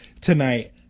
tonight